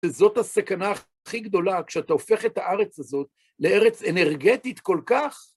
וזאת הסכנה הכי גדולה, כשאתה הופך את הארץ הזאת לארץ אנרגטית כל כך?